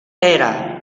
era